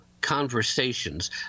conversations